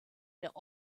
der